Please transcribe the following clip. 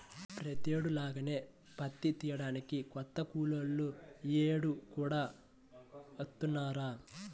ప్రతేడు లాగానే పత్తి తియ్యడానికి కొత్త కూలోళ్ళు యీ యేడు కూడా వత్తన్నారా